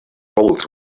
roles